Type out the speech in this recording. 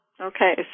Okay